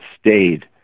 stayed